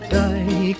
die